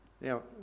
Now